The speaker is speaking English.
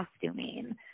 costuming